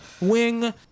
wing